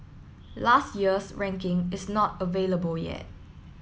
last year's ranking is not available yet